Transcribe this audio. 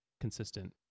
consistent